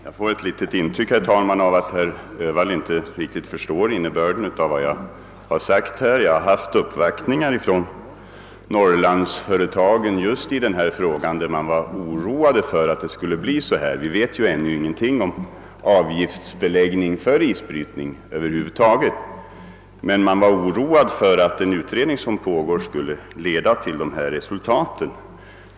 Herr talman! Jag får ett intryck av att herr Öhvall inte riktigt förstår innebörden av vad jag sagt i denna debatt. Jag har just i denna fråga fått ta emot uppvaktningar från norrlandsföretag, som varit oroade för hur situationen skulle bli. Vi vet ju ännu ingenting om hur det blir med avgiftsbeläggningen av isbrytningen, men man var ändå orolig för att den utredning som pågår skulle leda till dessa resultat.